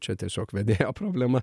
čia tiesiog vedėjo problema